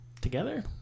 Together